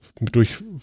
durch